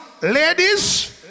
ladies